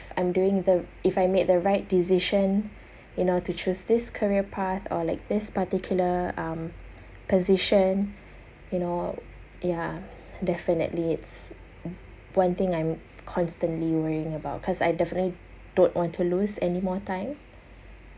I'm doing the if I made the right decision you know to choose this career path or like this particular um position you know ya definitely it's one thing I'm constantly worrying about because I definitely don't want to lose any more time